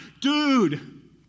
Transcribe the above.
dude